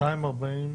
בימי חול ושגרה?